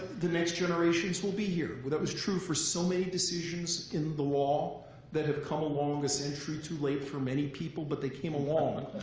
the next generations will be here. but that was true for so many decisions in the law that have come along a century too late for many people. but they came along.